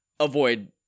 Avoid